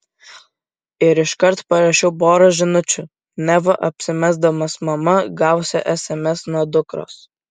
ir iškart parašiau porą žinučių neva apsimesdamas mama gavusia sms nuo dukros